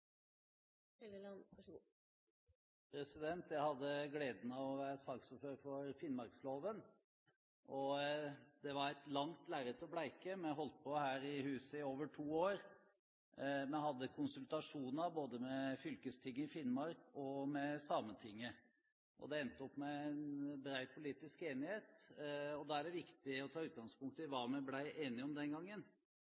Jeg hadde gleden av å være saksordfører for finnmarksloven. Det var et langt lerret å bleke – vi holdt på her i huset i over to år. Vi hadde konsultasjoner både med fylkestinget i Finnmark og med Sametinget. Det endte opp med bred politisk enighet. Da er det viktig å ta utgangspunkt i